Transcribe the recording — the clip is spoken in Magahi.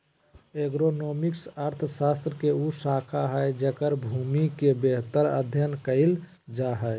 एग्रोनॉमिक्स अर्थशास्त्र के उ शाखा हइ जेकर भूमि के बेहतर अध्यन कायल जा हइ